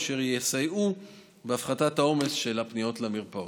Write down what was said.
אשר יסייעו בהפחתת העומס של הפניות למרפאות.